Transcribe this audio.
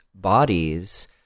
bodies